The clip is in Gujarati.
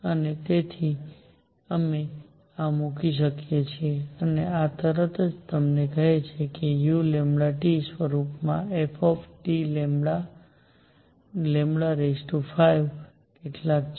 અને તેથી અમે આ મૂકીએ છીએ અને આ તરત જ તમને કહે છે કે u સ્વરૂપના fT5 કેટલાક છે